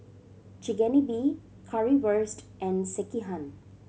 Chigenabe Currywurst and Sekihan